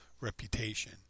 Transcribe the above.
reputation